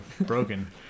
broken